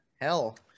Hell